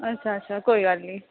अच्छा अच्छा कोई गल्ल नीं